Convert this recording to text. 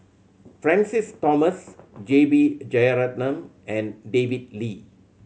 Francis Thomas J B Jeyaretnam and David Lee